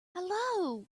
hello